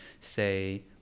say